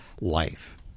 life